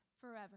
forever